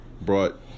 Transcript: brought